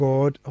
God